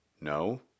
No